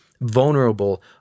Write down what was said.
vulnerable